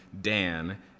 Dan